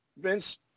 Vince